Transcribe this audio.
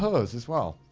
her as as well.